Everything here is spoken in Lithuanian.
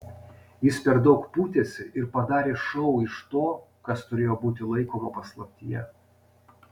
jis per daug pūtėsi ir padarė šou iš to kas turėjo būti laikoma paslaptyje